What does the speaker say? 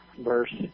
verse